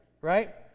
Right